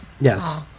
yes